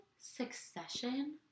Succession